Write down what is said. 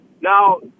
Now